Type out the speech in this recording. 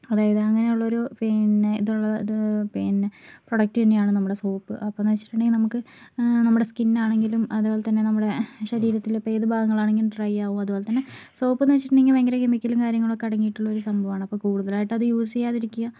അതായത് അങ്ങനെ ഉള്ളൊരു പിന്നെ ഇത് ഇത് പിന്നെ പ്രൊഡക്ട് തന്നെയാണ് നമ്മുടെ സോപ്പ് അപ്പം എന്ന് വെച്ചിട്ടുണ്ടെങ്കിൽ നമുക്ക് നമ്മുടെ സ്കിന്നാണെങ്കിലും അതുപോലെ തന്നെ നമ്മുടെ ശരീരത്തിൽ ഇപ്പോൾ ഏത് ഭാഗങ്ങളിലാണെങ്കിലും ഡ്രൈ ആകും അതുപോലെ തന്നെ സോപ്പെന്ന് വെച്ചിട്ടുണ്ടെങ്കിൽ ഭയങ്കര കെമിക്കലും കാര്യങ്ങളൊക്കെ അടങ്ങിയിട്ടുള്ള ഒരു സംഭവാണ് കൂടുതലായിട്ടത് യൂസ് ചെയ്യാതിരിക്കുക